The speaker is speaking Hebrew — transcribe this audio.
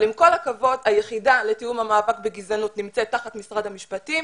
אבל עם כל הכבוד היחידה לתיאום המאבק בגזענות נמצאת תחת משרד המשפטים,